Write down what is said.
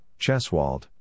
Cheswold